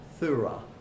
thura